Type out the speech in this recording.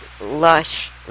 lush